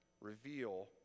reveal